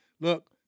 look